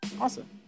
Awesome